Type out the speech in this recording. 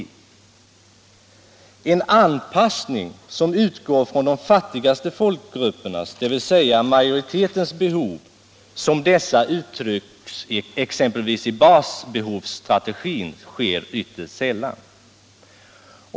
En anpassning som utgår från de fattigaste folkgruppernas — dvs. majoritetens — behov, som dessa uttrycks exempelvis i basbehovsstrategin, sker ytterst sällan.